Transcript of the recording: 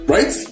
Right